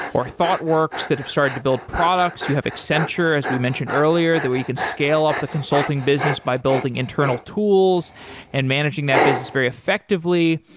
or thoughtworks that have started to build products, you have accenture as we mentioned earlier, that way you can scale up the consulting business by building internal tools and managing that business very effectively.